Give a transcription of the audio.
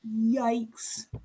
Yikes